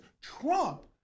Trump